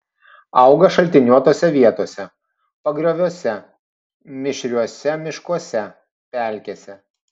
auga šaltiniuotose vietose pagrioviuose mišriuose miškuose pelkėse